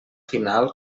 final